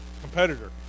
competitor